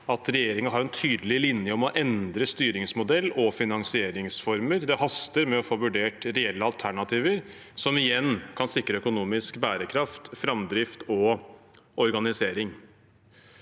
«Regjeringen har en tydelig linje om å endre styringsmodell og finansieringsformer. Det haster med å få vurdert reelle alternativer, som igjen kan sikre økonomisk bærekraft, framdrift og organisering.»